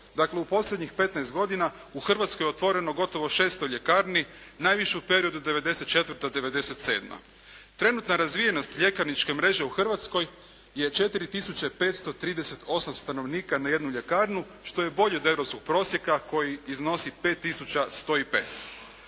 Dakle, u posljednjih 15 godina u Hrvatskoj je otvoreno gotovo 600 ljekarni najviše u periodu '94., '97. Trenutna razvijenost ljekarničke mreže u Hrvatskoj je 4538 stanovnika na jednu ljekarnu što je bolje od europskog prosjeka koji iznosi 5105.